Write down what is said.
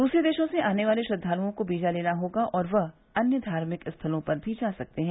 दूसरे देशों से आने वाले श्रद्वालुओं को वीजा लेना होगा और वह अन्य धार्मिक स्थलों पर भी जा सकते हैं